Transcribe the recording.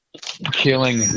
killing